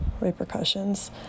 repercussions